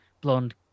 blonde